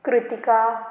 Kritika